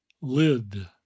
lid